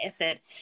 effort